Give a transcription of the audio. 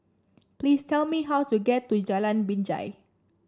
please tell me how to get to Jalan Binjai